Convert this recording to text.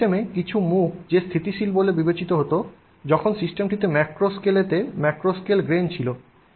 সেই সিস্টেমে কিছু মুখ যে স্থিতিশীল বলে বিবেচিত হত যখন সিস্টেমটিতে ম্যাক্রো স্কেলতে ম্যাক্রো স্কেল গ্রেন ছিল